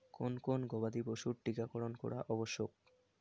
কোন কোন গবাদি পশুর টীকা করন করা আবশ্যক?